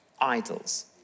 idols